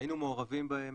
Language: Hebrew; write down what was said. שהיינו מעורבים בהן